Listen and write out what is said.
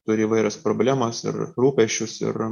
turi įvairias problemas ir rūpesčius ir